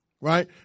Right